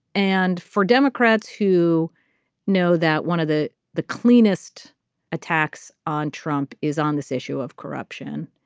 and for democrats who know that one of the the cleanest attacks on trump is on this issue of corruption.